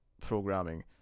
programming